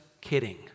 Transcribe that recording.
kidding